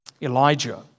Elijah